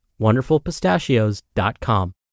wonderfulpistachios.com